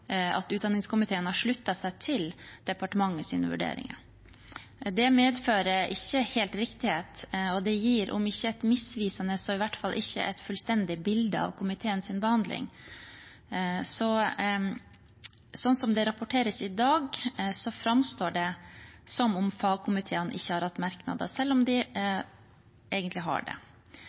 at utdanningskomiteen har sluttet seg til departementets vurderinger. Det medfører ikke helt riktighet, og det gir om ikke et misvisende, så iallfall ikke et fullstendig bilde av komiteens behandling. Så sånn som det rapporteres i dag, framstår det som at fagkomiteen ikke har hatt merknader, selv om de egentlig har det.